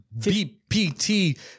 BPT